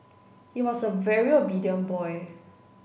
he was a very obedient boy